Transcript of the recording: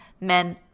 men